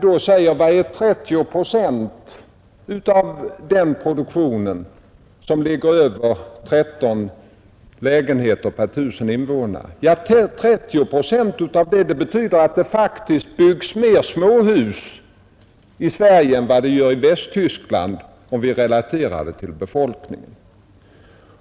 Låt oss fråga: Vad är 30 procent av en produktion som ligger över 13 lägenheter per 1 000 innevånare och år? 30 procent av detta ger en siffra som visar att det faktiskt byggs fler småhus i Sverige än i Västtyskland, om vi relaterar antalet producerade småhus till folkmängden.